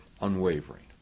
unwavering